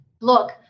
look